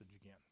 again